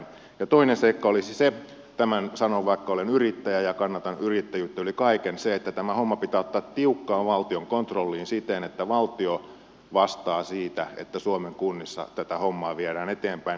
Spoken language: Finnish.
ja toinen seikka olisi se tämän sanon vaikka olen yrittäjä ja kannatan yrittäjyyttä yli kaiken että tämä homma pitää ottaa tiukkaan valtion kontrolliin siten että valtio vastaa siitä että suomen kunnissa tätä hommaa viedään eteenpäin